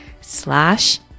slash